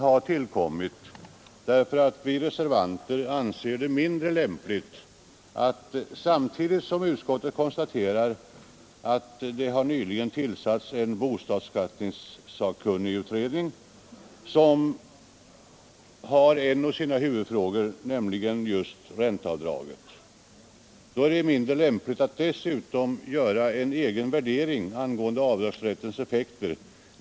Samtidigt som utskottet i betänkandets sista stycke konstaterar att det nyligen tillsatts en bostadsbeskattningsutredning — en av dess huvudfrågor är just ränteav draget — gör utskottet en egen värdering av avdragsrättens effekter.